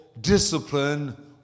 discipline